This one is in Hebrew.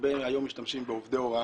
הרבה היום משתמשים בעובדי הוראה.